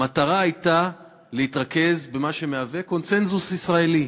המטרה הייתה להתרכז במה שמהווה קונסנזוס ישראלי.